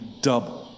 double